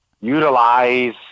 utilize